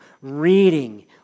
reading